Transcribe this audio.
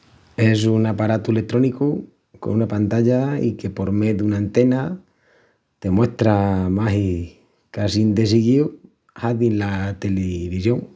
Es un aparatu letrónicu con una pantalla i que por mé duna antena te muestra magis qu’assín de siguíu hazin la telivisión.